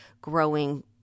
growing